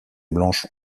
blanches